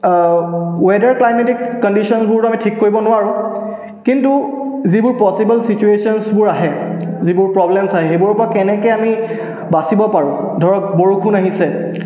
weather climatic কণ্ডিশ্যনবোৰ আমি ঠিক কৰিব নোৱাৰোঁ কিন্তু যিবোৰ পছিবল ছিটুৱেশ্যনছবোৰ আহে যিবোৰ প্ৰব্লেমছ আহে সেইবোৰৰ পৰা কেনেকৈ আমি বাচিব পাৰোঁ ধৰক বৰষুণ আহিছে